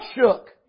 shook